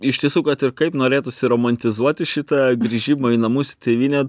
iš tiesų kad ir kaip norėtųsi romantizuoti šitą grįžimo į namus į tėvynę